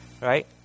right